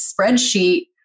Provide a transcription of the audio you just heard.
spreadsheet